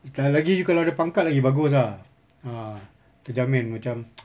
if you're lucky you kalau ada pangkat lagi bagus ah ah terjamin macam